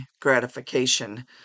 gratification